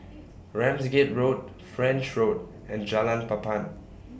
Ramsgate Road French Road and Jalan Papan